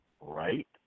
right